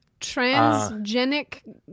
Transgenic